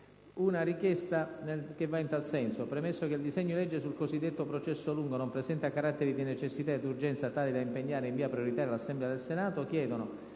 richiesta: «Premesso che il disegno di legge sul cosiddetto processo lungo non presenta carattere di necessità e di urgenza tale da impegnare in via prioritaria l'Assemblea del Senato, si chiede